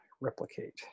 Replicate